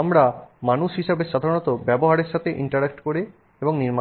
আমরা মানুষ হিসাবে সাধারণত ব্যবহারের সাথে ইন্টারেক্ট করে এবং নির্মাণ করে